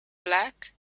black